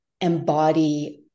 embody